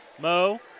Mo